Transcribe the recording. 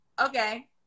okay